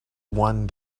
one